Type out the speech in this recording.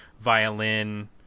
violin